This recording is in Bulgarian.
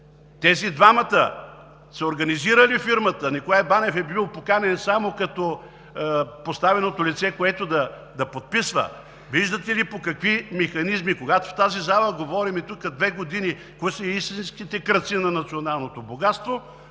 Тези двамата са организирали фирмата. Николай Банев е бил поканен само като подставеното лице, което да подписва. Виждате ли по какви механизми?! Когато в тази зала, тук, говорим две години кои са истинските крадци на националното богатство,